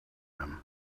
them